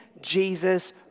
Jesus